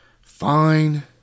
fine